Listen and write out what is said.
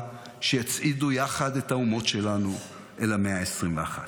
שיצעידו יחד את האומות שלנו אל המאה ה-21.